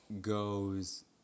goes